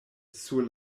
sur